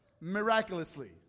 miraculously